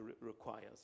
requires